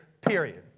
period